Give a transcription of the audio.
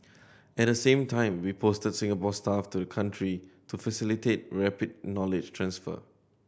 at the same time we posted Singapore staff to country to facilitate rapid knowledge transfer